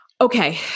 Okay